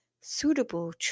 suitable